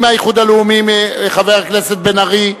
חבר הכנסת בן-ארי,